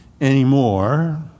anymore